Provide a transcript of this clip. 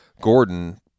Gordon